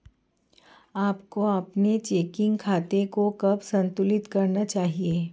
आपको अपने चेकिंग खाते को कब संतुलित करना चाहिए?